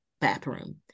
bathroom